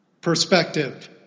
perspective